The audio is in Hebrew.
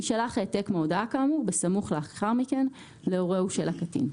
יישלח העתק מההודעה כאמור בסמוך לאחר מכן להורהו של הקטין.